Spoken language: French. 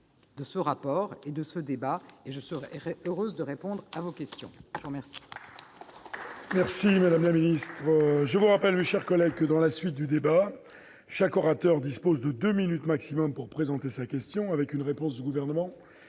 ce rapport et ce débat et je serai heureuse de répondre à vos questions. Nous allons